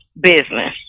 business